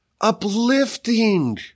uplifting